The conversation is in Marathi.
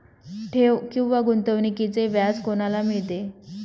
ठेव किंवा गुंतवणूकीचे व्याज कोणाला मिळते?